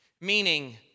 Meaning